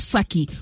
Saki